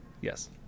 Yes